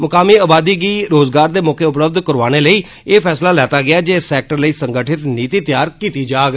मुकामी आबादी गी रोजगार दे मौके उपलब्ध करोआने लेई एह् फैसला लैता गेआ जे इस सैक्टर लेई संगठित नीति तैयार कीता जाग